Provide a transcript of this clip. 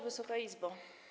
Wysoka Izbo!